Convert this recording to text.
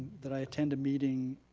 that i attend a meeting,